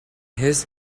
his